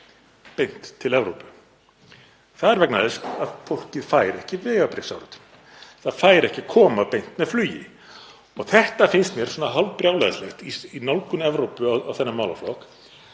beint til Evrópu. Það er vegna þess að fólkið fær ekki vegabréfsáritun. Það fær ekki að koma beint með flugi. Þetta finnst mér svona hálfbrjálæðislegt í nálgun Evrópu á þennan málaflokk,